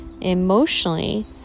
emotionally